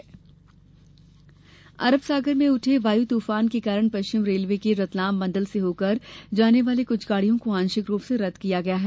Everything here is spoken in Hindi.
वायु तुफान रेल अरब सागर में उठे वायु तूफान के कारण पश्चिम रेलवे के रतलाम मंडल से होकर जाने वाली कुछ गाड़ियों को आंशिक रूप से रद्द किया गया है